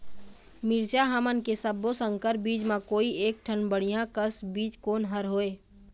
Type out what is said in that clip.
मिरचा हमन के सब्बो संकर बीज म कोई एक ठन बढ़िया कस बीज कोन हर होए?